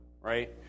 right